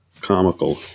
comical